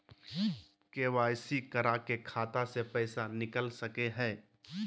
KYC करा के खाता से पैसा निकल सके हय?